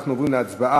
ואנחנו עוברים להצבעה